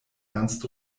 ernst